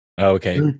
Okay